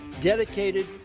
dedicated